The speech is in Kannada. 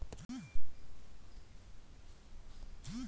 ಇನ್ವೆಸ್ಟ್ ಮಾಡುವ ಮುನ್ನ ಇನ್ಸ್ಟ್ರಕ್ಷನ್ಗಳನ್ನು ಸರಿಯಾಗಿ ಓದಿಕೊಳ್ಳಬೇಕು